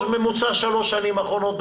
ממוצע של שלוש שנים אחרונות,